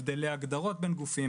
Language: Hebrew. הבדלי הגדרות בין גופים,